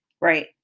Right